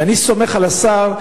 ואני סומך על השר,